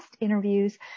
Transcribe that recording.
interviews